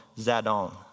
Zadon